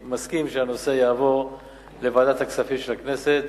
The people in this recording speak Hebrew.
אני מסכים שהנושא יעבור לוועדת הכספים של הכנסת.